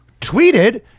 tweeted